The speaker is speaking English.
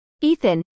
Ethan